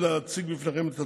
יש שניים, והם לא מוכנים.